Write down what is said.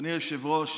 אדוני היושב-ראש,